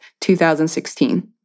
2016